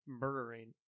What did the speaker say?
murdering